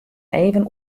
even